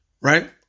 Right